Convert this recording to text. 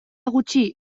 gutxi